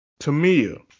Tamia